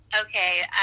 Okay